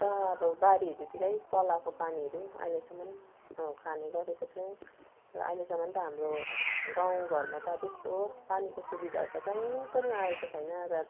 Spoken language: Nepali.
चा अब बारीहरूतिरै पलाएको पानीहरू अहिलेसम्म खाने गरेको छौँ र अहिलेसम्म त हाम्रो गाउँ घरमा त त्यस्तो पानीको सुविधाहरू त कहीँ पनि आएको छैन र